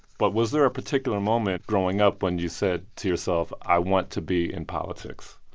but was there a particular moment growing up when you said to yourself i want to be in politics?